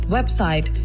Website